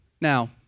Now